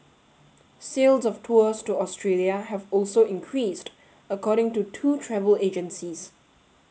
sales of tours to Australia have also increased according to two travel agencies